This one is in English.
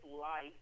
life